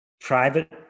private